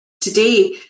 today